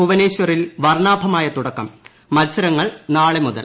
ഭുവനേശ്വറിൽ വർണ്ണാഭമായ തുടക്കം മത്സരങ്ങൾ നാളെ മുതൽ